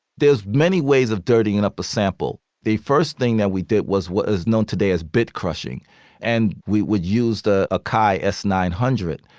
there's many ways of dirtying and up a sample. the first thing that we did was what is known today as bit crushing and we would use the acai s nine hundred.